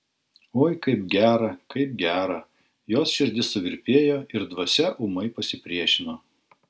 oi kaip gera kaip gera jos širdis suvirpėjo ir dvasia ūmai pasipriešino